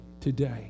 today